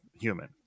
human